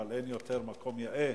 אבל אין מקום יותר יאה